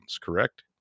correct